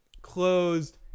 closed